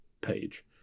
page